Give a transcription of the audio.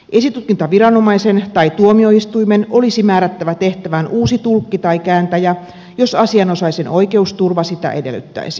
esitutkintaviranomaisen tai tuomioistuimen olisi määrättävä tehtävään uusi tulkki tai kääntäjä jos asianosaisen oikeusturva sitä edellyttäisi